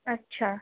اچھا